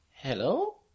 Hello